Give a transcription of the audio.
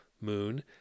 moon